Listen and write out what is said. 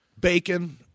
bacon